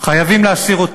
להסיר אותה.